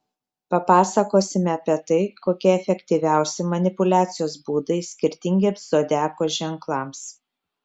papasakosime apie tai kokie efektyviausi manipuliacijos būdai skirtingiems zodiako ženklams